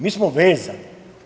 Mi smo vezani.